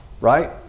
Right